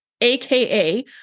aka